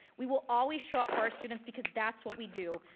we will always show up for our students because that's what we do.